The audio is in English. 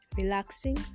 Relaxing